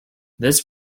this